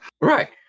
right